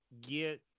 get